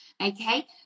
okay